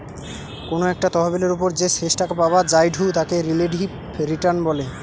কোনো একটা তহবিলের ওপর যে শেষ টাকা পাওয়া জায়ঢু তাকে রিলেটিভ রিটার্ন বলে